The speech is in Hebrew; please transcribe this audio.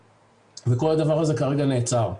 כל הדבר הזה כרגע נעצר.